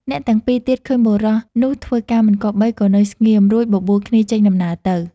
អ្នកពីរនាក់ទៀតឃើញបុរសនោះធ្វើការមិនគប្បី ក៏នៅស្ងៀម រួចបបួលគ្នាចេញដំណើរទៅ។